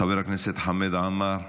חבר הכנסת חמד עמאר,